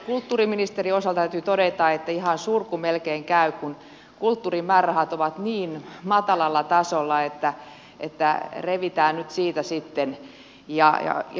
kulttuuriministeriön osalta täytyy todeta että ihan surku melkein käy kun kulttuurin määrärahat ovat niin matalalla tasolla että revitään nyt siitä sitten